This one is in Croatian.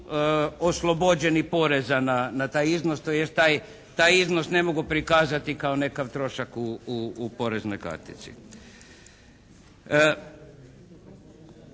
oslobođeni poreza na taj iznos, tj. taj iznos ne mogu prikazati kao nekakav trošak u poreznoj kartici.